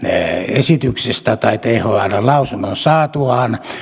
esityksestä tai thln lausunnon saatuaan